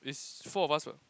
is four of us what